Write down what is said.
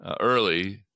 early